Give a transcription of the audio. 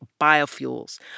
biofuels